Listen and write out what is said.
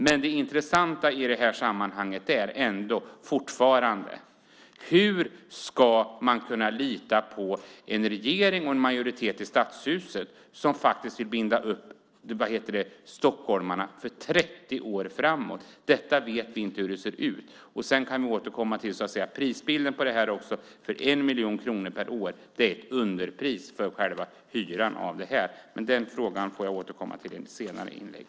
Men det intressanta i sammanhanget är fortfarande frågan: Hur ska man kunna lita på en regering och en stadshusmajoritet som faktiskt vill binda upp stockholmarna för 30 år framåt? Detta vet vi inte hur det ser ut. Sedan kan vi återkomma till prisbilden, för 1 miljon kronor per år är ett underpris för hyran av detta. Men den frågan får jag återkomma till i ett senare inlägg.